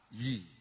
ye